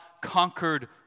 conquered